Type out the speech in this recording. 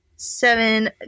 seven